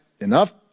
enough